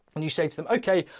when you say to them, okay,